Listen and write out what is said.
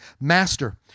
Master